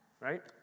right